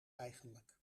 eigenlijk